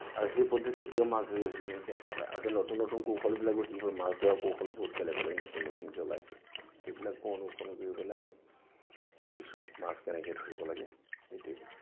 আৰু সেই পদ্ধতিত এতিয়া মাছ ধৰি আছিলোঁ ডেকাতে আৰু এতিয়া নতুন নতুন কৌশলবিলাকো শিকিছোঁ মাছ ধৰা কৌশল বহুত বেলেগ বেলেগ নতুন নতুনকৈ ওলাইছে সেইবিলাক অনুসৰণ কৰি পেলাই আমি শিকিছোঁ মাছ কেনেকৈ ধৰিব লাগে সেইটোৱে